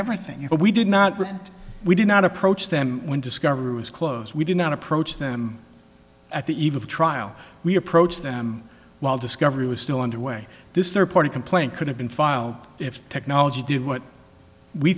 everything but we did not rent we did not approach them when discovery was close we did not approach them at the eve of trial we approached them while discovery was still underway this third party complaint could have been filed if technology did what we